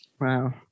Wow